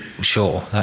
Sure